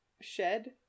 shed